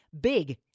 big